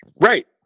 Right